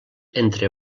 entre